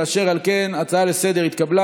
ואשר על כן ההצעה לסדר-היום התקבלה,